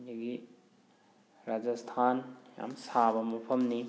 ꯑꯗꯒꯤ ꯔꯥꯖꯁꯊꯥꯟ ꯌꯥꯝ ꯁꯥꯕ ꯃꯐꯝꯅꯤ